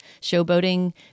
showboating